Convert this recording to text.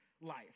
life